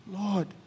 Lord